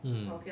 mm